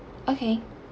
okay